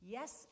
Yes